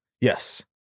Yes